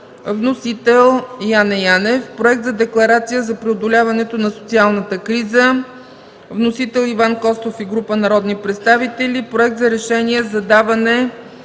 вносител е Яне Янев; - Проект за Декларация за преодоляването на социалната криза – вносители са Иван Костов и група народни представители; - Проект за решение за даване